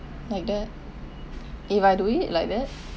like that if I do it like that